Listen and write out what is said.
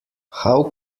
how